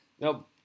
No